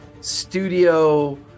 studio